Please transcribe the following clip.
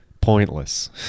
pointless